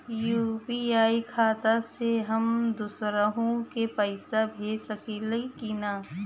UPI खाता से हम दुसरहु के पैसा भेज सकीला की ना?